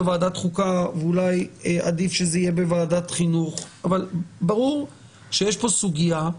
ועדת חוקה או אולי עדיף שזה יהיה בוועדת חינוך אבל ברור שיש פה סוגיה.